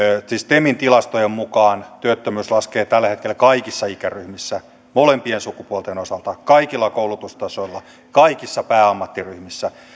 temin tilastojen mukaan työttömyys laskee tällä hetkellä kaikissa ikäryhmissä molempien sukupuolten osalta kaikilla koulutustasoilla kaikissa pääammattiryhmissä